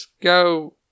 go